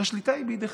השליטה היא בידיכם.